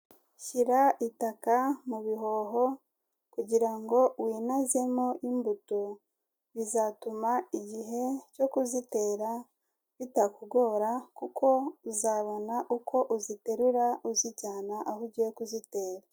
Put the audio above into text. Shyira itaka mu bihoho kugira ngo winazemo imbuto, bizatuma igihe cyo kuzitera bitakugora kuko uzabona uko uziterura uzijyana aho ugiye kuzitera.